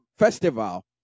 Festival